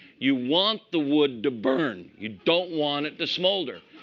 you want the wood to burn. you don't want it to smolder.